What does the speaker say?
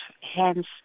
Hence